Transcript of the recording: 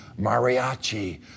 mariachi